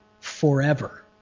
forever